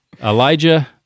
Elijah